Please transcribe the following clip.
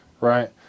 right